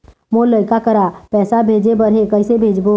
मोर लइका करा पैसा भेजें बर हे, कइसे भेजबो?